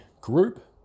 group